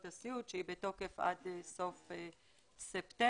הסיעוד שהיא בתוקף עד סוף ספטמבר,